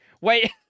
Wait